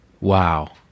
Wow